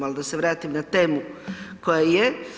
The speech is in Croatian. Ali da se vratim na temu koja je.